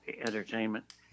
entertainment